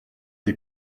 des